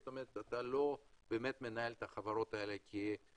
זאת אומרת אתה לא באמת מנהל את החברות האלה כארגונים